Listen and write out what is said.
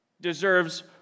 deserves